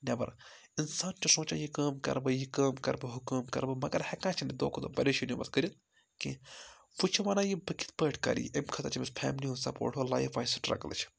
نٮ۪بَر اِنسان چھُ سونٛچان یہِ کٲم کَرٕ بہٕ یہِ کٲم کَرٕ بہٕ ہُہ کٲم کَرٕ بہٕ مگر ہٮ۪کان چھِنہٕ دۄہ کھۄتہٕ دۄہ پریشٲنی منٛز کٔرِتھ کینٛہہ وٕ چھِ وَنان یہِ بہٕ کِتھ پٲٹھۍ کَری امہِ خٲطرٕ چھِ أمِس فیملی ہُنٛد سَپوٹ ہُہ لایف وایِز سٹرٛگٕل چھِ